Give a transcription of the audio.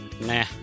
Nah